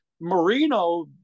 Marino